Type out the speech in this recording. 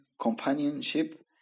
companionship